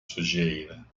sujeira